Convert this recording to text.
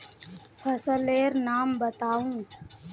फसल लेर नाम बाताउ?